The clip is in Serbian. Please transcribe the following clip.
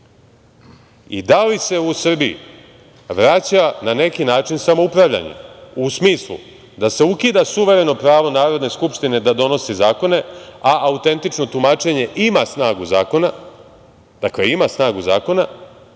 Da li se u Srbiji vraća na neki način samoupravljanje, u smislu da se ukida suvereno pravo Narodne skupštine da donosi zakone, a autentično tumačenje ima snagu zakona, dakle, ima snagu zakona? Zašto